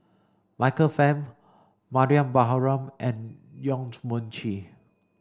Michael Fam Mariam Baharom and Yong Mun Chee